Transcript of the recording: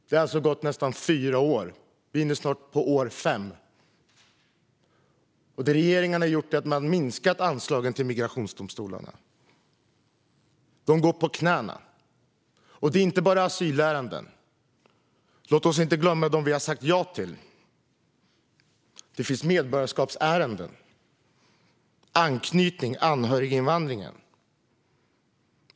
Det har alltså gått fyra år, och vi är snart inne på år fem. Det regeringen har gjort är att den har minskat anslagen till migrationsdomstolarna. De går på knäna. Det gäller inte bara asylärenden. Låt oss inte glömma dem som vi har sagt ja till. Det finns medborgarskapsärenden, anknytningsärenden och anhöriginvandringen.